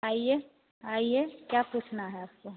आइए आइए क्या पूछना है आपको